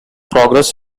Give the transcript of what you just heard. progress